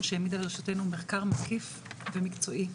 שהעמידה לרשותנו מחקר מקיף ומקצועי,